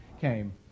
came